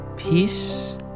Peace